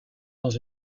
dans